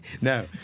No